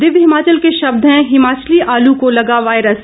दिव्य हिमाचल के शब्द हैं हिमाचली आलू को लगा वायरस